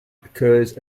occurs